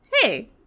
Hey